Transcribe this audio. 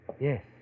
Yes